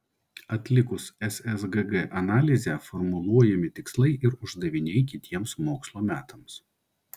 atlikus ssgg analizę formuluojami tikslai ir uždaviniai kitiems mokslo metams